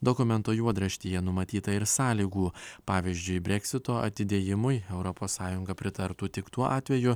dokumento juodraštyje numatyta ir sąlygų pavyzdžiui breksito atidėjimui europos sąjunga pritartų tik tuo atveju